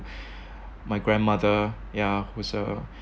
my grandmother ya who's a